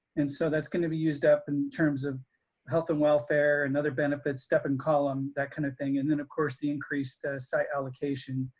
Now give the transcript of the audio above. and so that's gonna be used up in terms of health and welfare and other benefits step-in column, that kind of thing. and then of course, the increased site allocation.